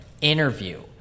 interview